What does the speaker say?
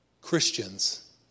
Christians